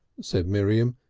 said miriam,